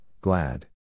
glad